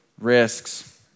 risks